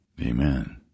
Amen